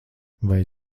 vai